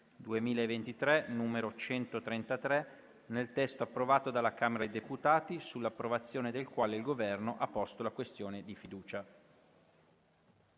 2023, n. 133, nel testo approvato dalla Camera dei deputati, sull'approvazione del quale il Governo ha posto la questione di fiducia: